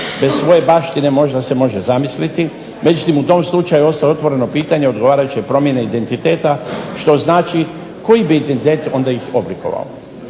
te svoje baštine možda se može zamisliti međutim, u tom slučaju ostaje otvoreno pitanje odgovarajuće promjene identiteta, što znači koji bi identitet onda ih oblikovao.